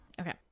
Okay